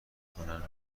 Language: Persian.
کنم